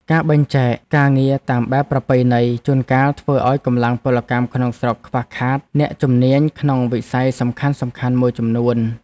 ការបែងចែកការងារតាមបែបប្រពៃណីជួនកាលធ្វើឱ្យកម្លាំងពលកម្មក្នុងស្រុកខ្វះខាតអ្នកជំនាញក្នុងវិស័យសំខាន់ៗមួយចំនួន។